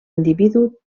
individu